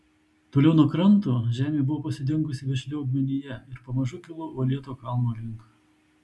toliau nuo kranto žemė buvo pasidengusi vešlia augmenija ir pamažu kilo uolėto kalno link